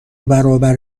برابر